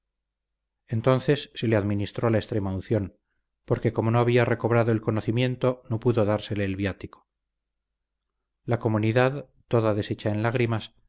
entonces se le administró la extremaunción porque como no había recobrado el conocimiento no pudo dársele el viático la comunidad toda deshecha en lágrimas